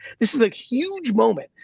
this is a huge moment.